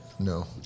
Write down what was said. No